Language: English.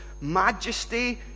majesty